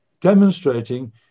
demonstrating